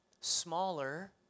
smaller